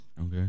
Okay